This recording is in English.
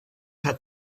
had